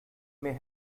may